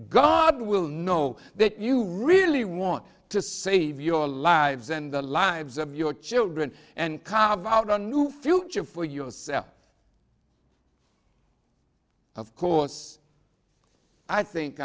god will know that you really want to save your lives and the lives of your children and cob out a new future for yourself of course i think